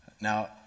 Now